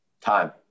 Time